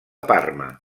parma